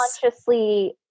consciously